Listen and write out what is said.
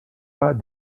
pas